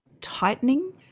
tightening